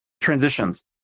transitions